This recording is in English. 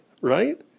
Right